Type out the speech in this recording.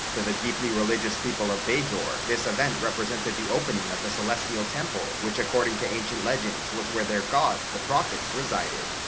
to the deeply religious people of bajor, this event represented the opening of the celestial temple which according to ancient legends was where their gods the prophets resided.